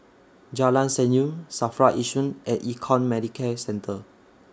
Jalan Senyum SAFRA Yishun and Econ Medicare Centre